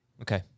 Okay